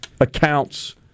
accounts